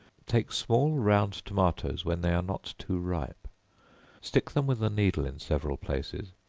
take small round tomatoes when they are not too ripe stick them with a needle in several places,